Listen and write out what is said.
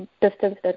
distance